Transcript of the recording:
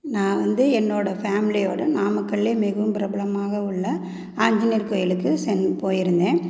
நான் வந்து என்னோட ஃபேமிலியோட நாமக்கல்ல மிகவும் பிரபலமாக உள்ள ஆஞ்சநேயர் கோயிலுக்கு சென் போயிருந்தேன்